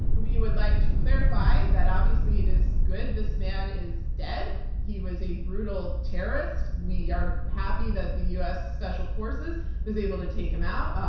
we would like to clarify that obviously it is good this man is dead. he was a brutal terrorist. we are happy that the u. s. special forces was able to take him out,